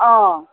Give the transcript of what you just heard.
অঁ